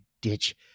ditch